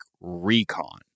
recon